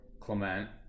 Clement